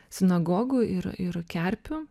sinagogų ir ir kerpių